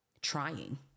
trying